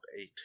eight